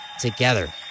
together